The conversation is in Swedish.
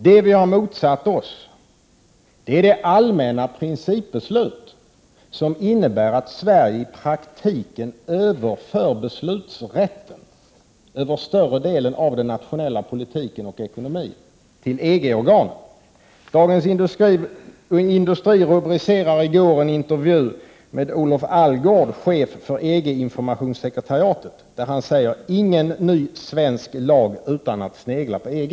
Det vi har motsatt oss är det allmänna principbeslut som innebär att Sverige i praktiken överför beslutsrätten över större delen av den nationella politiken och ekonomin till EG-organ. Dagens Industri rubricerade i går en intervju med Olof Allgårdh, chef för EG-informationssekretariatet: ”Ingen ny svensk lag utan att snegla på EG”.